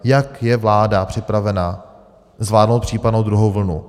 Jak je vláda připravena zvládnout případnou druhou vlnu?